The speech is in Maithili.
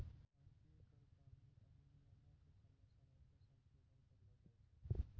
भारतीय कर कानून आरु नियमो के समय समय पे संसोधन करलो जाय छै